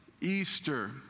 Easter